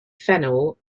phenol